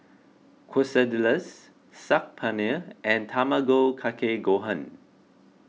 Quesadillas Saag Paneer and Tamago Kake Gohan